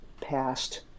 past